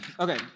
Okay